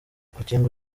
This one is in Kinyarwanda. urukingo